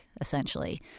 essentially